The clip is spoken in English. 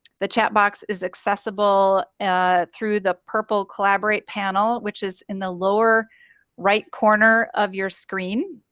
the chat box is accessible through the purple collaborate panel which is in the lower right corner of your screen